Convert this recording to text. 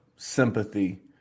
sympathy